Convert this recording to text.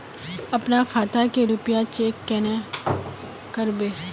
अपना खाता के रुपया चेक केना करबे?